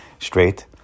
straight